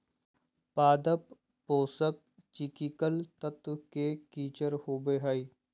पादप पोषक चिकिकल तत्व के किचर होबो हइ